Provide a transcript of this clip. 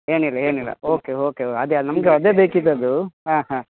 ಏನಿಲ್ಲ ಏನಿಲ್ಲ okay okay ಅದೆ ನಮಗೆ ಅದೆ ಬೇಕಿದ್ದದ್ದು ಹಾಂ ಹಾಂ